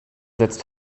setzt